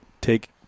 take